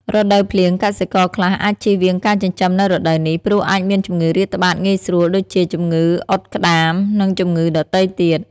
រដូវភ្លៀង កសិករខ្លះអាចជៀសវាងការចិញ្ចឹមនៅរដូវនេះ ព្រោះអាចមានជំងឺរាតត្បាតងាយស្រួល ដូចជា ជំងឺអុតក្ដាម និងជំងឺដទៃទៀត។